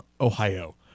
Ohio